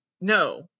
No